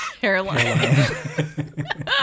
hairline